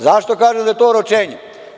Zašto kažem da je to oročenje?